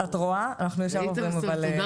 את רואה, אנחנו ישר עוברים ל --- ראיתם?